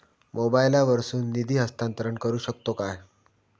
मोबाईला वर्सून निधी हस्तांतरण करू शकतो काय?